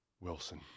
Wilson